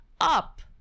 up